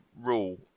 rule